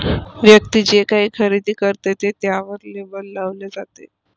व्यक्ती जे काही खरेदी करते ते त्यावर लेबल लावले जाते